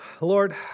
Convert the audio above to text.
Lord